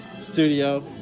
studio